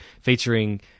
featuring